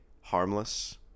harmless